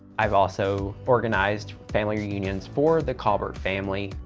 i've also organized family reunions for the colbert family.